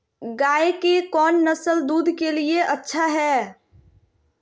गाय के कौन नसल दूध के लिए अच्छा है?